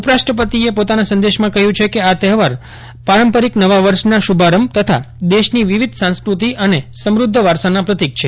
ઉપરાષ્ટ્રપતિ પોતાના સંદેશમાં કહ્યું છે કે આ તહેવાર પારંપરિક નવા વર્ષના શુભારંભ તથા દેશની વિવિધ સંસ્કૃતિ અને સમૃદ્ધ વારસાના પ્રતિક છે